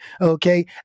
Okay